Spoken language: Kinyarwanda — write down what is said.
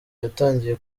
yatangiye